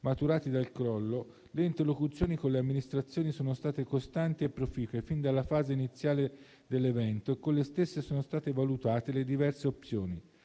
maturati dal crollo, le interlocuzioni con le amministrazioni sono state costanti e proficue fin dalla fase iniziale dell'evento e con le stesse sono state valutate le diverse opzioni,